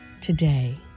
today